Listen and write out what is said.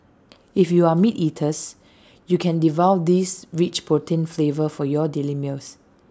if you are meat eaters you can devour this rich protein flavor for your daily meals